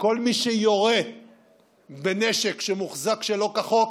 כל מי שיורה בנשק שמוחזק שלא כחוק